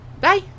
Bye